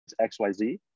XYZ